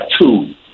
two